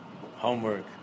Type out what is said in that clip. Homework